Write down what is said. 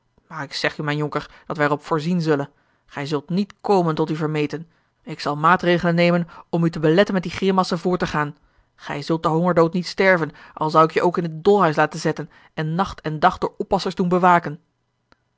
maar ik zeg u mijn jonker dat wij er op voorzien zullen gij zult niet komen tot uw vermeten ik zal maatregelen nemen om u te beletten met die grimassen voort te gaan gij zult den hongerdood niet sterven al zou ik je ook in t dolhuis laten zetten en nacht en dag door oppassers doen bewaken